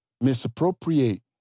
misappropriate